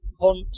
hunt